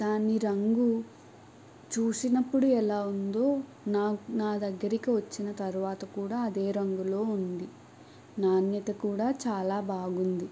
దాని రంగు చూసినప్పుడు ఎలా ఉందో నాకు నా దగ్గరికి వచ్చిన తర్వాత కూడా అదే రంగులో ఉంది నాణ్యత కూడా చాలా బాగుంది